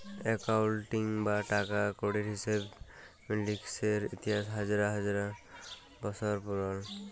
accounting বা টাকা কড়ির হিসেব লিকেসের ইতিহাস হাজার হাজার বসর পুরল